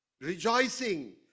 rejoicing